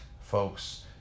folks